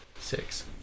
six